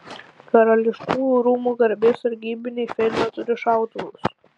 karališkųjų rūmų garbės sargybiniai filme turi šautuvus